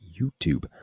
youtube